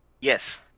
Yes